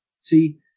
See